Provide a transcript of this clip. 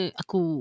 aku